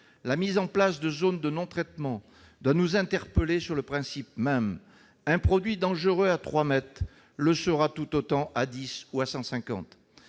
La mise en place de zones de non-traitement doit nous interpeller sur le principe même. Un produit dangereux à 3 mètres le sera tout autant à 10 ou à 150.